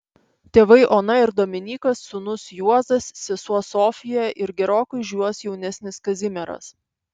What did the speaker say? tėvai ona ir dominykas sūnus juozas sesuo sofija ir gerokai už juos jaunesnis kazimieras